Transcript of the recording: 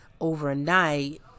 overnight